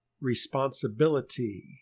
Responsibility